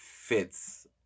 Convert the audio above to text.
fits